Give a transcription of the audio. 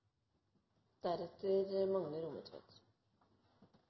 er det